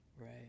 Right